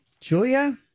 Julia